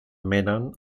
männern